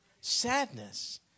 Sadness